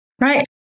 Right